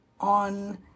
on